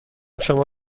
شما